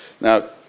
Now